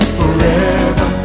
forever